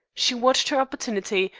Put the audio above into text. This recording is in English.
she watched her opportunity,